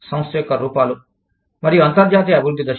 సంస్థ యొక్క రూపాలు మరియు అంతర్జాతీయ అభివృద్ధి దశలు